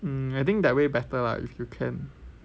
mm I think that way better lah if you can